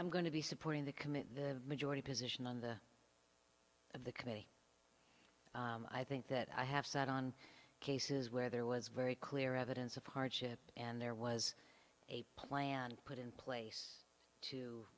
i'm going to be supporting the committee the majority position on the of the committee i think that i have sat on cases where there was very clear evidence of hardship and there was a plan put in place to